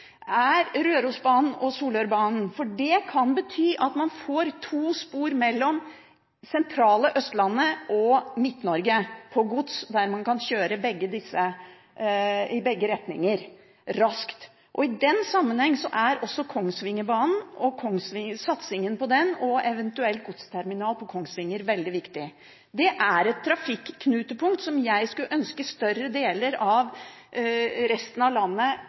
er Rørosbanen og Solørbanen. Det kan bety at man får to spor mellom det sentrale Østlandet og Midt-Norge, slik at man kan kjøre gods i begge retninger raskt. I den sammenheng er også satsingen på Kongsvingerbanen og eventuell godsterminal på Kongsvinger veldig viktig. Det er et trafikknutepunkt jeg skulle ønske større deler av resten av landet